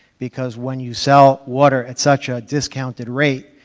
because when you sell water at such a discounted rate,